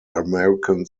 american